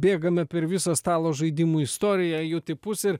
bėgame per visą stalo žaidimų istoriją jų tipus ir